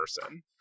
person